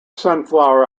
sunflower